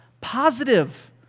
positive